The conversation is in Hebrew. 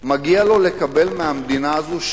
מגיע לו לקבל מהמדינה הזאת,